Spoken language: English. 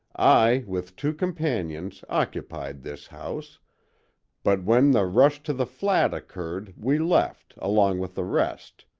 i, with two companions, occupied this house but when the rush to the flat occurred we left, along with the rest.